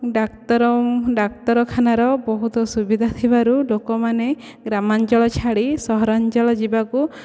ଡାକ୍ତର ଡାକ୍ତରଖାନାର ବହୁତ ସୁବିଧା ଥିବାରୁ ଲୋକମାନେ ଗ୍ରାମାଞ୍ଚଳ ଛାଡ଼ି ସହରାଞ୍ଚଳ ଯିବାକୁ